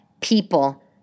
people